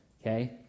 okay